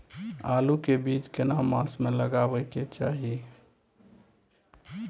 आलू के बीज केना मास में लगाबै के चाही?